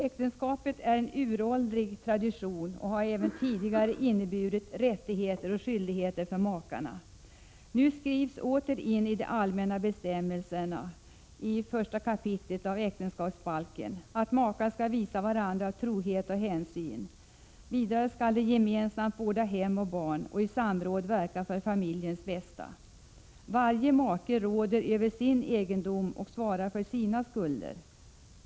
Äktenskapet är en uråldrig tradition och har även tidigare inneburit rättigheter och skyldigheter för makarna. Nu skrivs åter in i de allmänna bestämmelserna i 1 kap. äktenskapsbalken att makar skall visa varandra trohet och hänsyn. Vidare skall de gemensamt vårda hem och barn och i samråd verka för familjens bästa. Varje make råder över sin egendom och svarar för sina skulder.